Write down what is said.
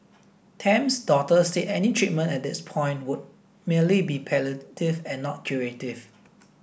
Tam's doctor said any treatment at this point would merely be palliative and not curative